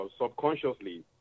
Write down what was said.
subconsciously